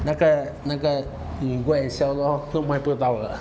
那个那个 you go and sell lor 都卖不到的